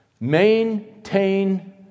Maintain